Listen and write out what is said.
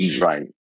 right